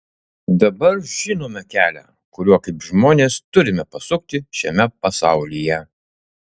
dabar žinome kelią kuriuo kaip žmonės turime pasukti šiame pasaulyje